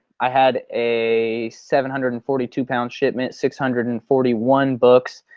i had a seven hundred and forty two pound shipment, six hundred and forty one books.